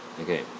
Okay